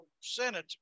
senator